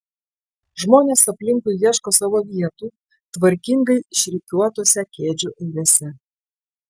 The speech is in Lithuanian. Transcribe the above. žmonės aplinkui ieško savo vietų tvarkingai išrikiuotose kėdžių eilėse